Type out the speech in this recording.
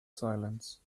silence